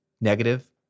negative